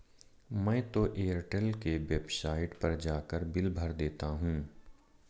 मैं तो एयरटेल के वेबसाइट पर जाकर बिल भर देता हूं